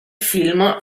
film